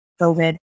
COVID